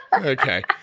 okay